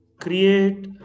create